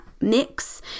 mix